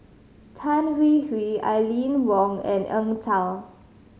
Tan Hwee Hwee Aline Wong and Eng Tow